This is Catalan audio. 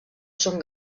son